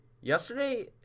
yesterday